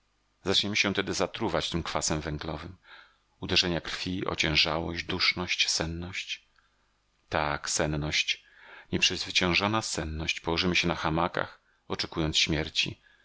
zaczniemy się tedy zatruwać tym kwasem węglowym uderzenie krwi ociężałość duszność senność tak senność nieprzezwyciężona senność położymy się na hamakach oczekując śmierci